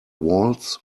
waltz